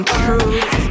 truth